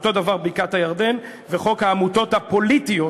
אותו דבר בקעת-הירדן וחוק העמותות הפוליטיות,